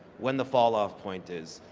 when the fall-off point is.